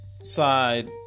side